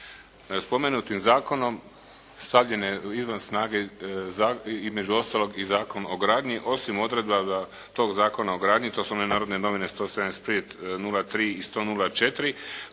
Spomenutim zakonom stavljen je izvan snage između ostalog i Zakon o gradnji osim odredaba tog Zakona o gradnji. To su one Narodne novine 175/03 i 100/04